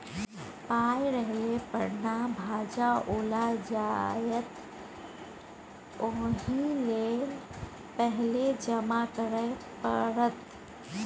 पाय रहले पर न भंजाओल जाएत ओहिलेल पहिने जमा करय पड़त